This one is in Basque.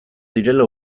direla